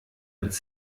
uns